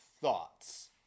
Thoughts